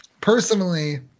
Personally